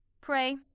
pray